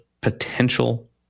potential